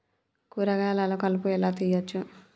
కూరగాయలలో కలుపు ఎలా తీయచ్చు?